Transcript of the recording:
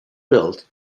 built